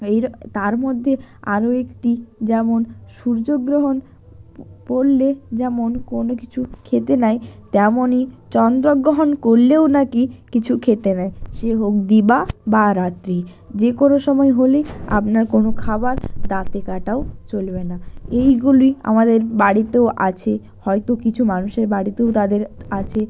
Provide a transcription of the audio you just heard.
এই তার মধ্যে আরও একটি যেমন সূর্যগ্রহণ পড়লে যেমন কোনও কিছু খেতে নাই তেমনই চন্দ্রগ্রহণ করলেও নাকি কিছু খেতে নাই সে হোক দিবা বা রাত্রি যে কোনও সময় হলেই আপনার কোনও খাবার দাঁতে কাটাও চলবে না এইগুলি আমাদের বাড়িতেও আছে হয়তো কিছু মানুষের বাড়িতেও তাদের আছে